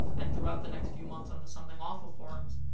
and, throughout the next few months on the something awful forums,